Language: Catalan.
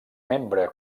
membre